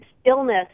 stillness